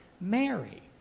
Mary